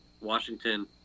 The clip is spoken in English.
Washington